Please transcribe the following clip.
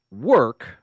work